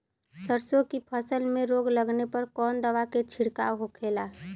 सरसों की फसल में रोग लगने पर कौन दवा के छिड़काव होखेला?